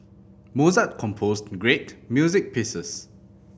Mozart composed great music pieces